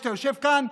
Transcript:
שיושב כאן,